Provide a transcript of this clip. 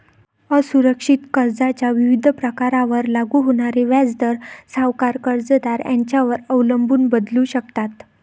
असुरक्षित कर्जाच्या विविध प्रकारांवर लागू होणारे व्याजदर सावकार, कर्जदार यांच्यावर अवलंबून बदलू शकतात